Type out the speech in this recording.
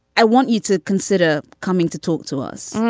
i want you to consider coming to talk to us.